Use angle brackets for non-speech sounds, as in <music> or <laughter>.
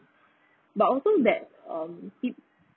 <breath> but also that um